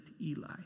Eli